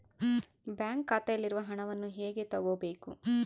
Bank ಖಾತೆಯಲ್ಲಿರುವ ಹಣವನ್ನು ಹೇಗೆ ತಗೋಬೇಕು?